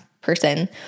person